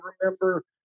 remember